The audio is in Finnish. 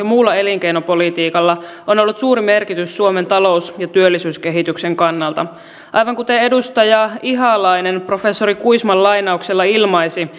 muulla elinkeinopolitiikalla on ollut suuri merkitys suomen talous ja työllisyyskehityksen kannalta aivan kuten edustaja ihalainen professori kuisman lainauksella ilmaisi